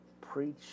preach